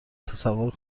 تصور